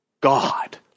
God